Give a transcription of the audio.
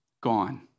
gone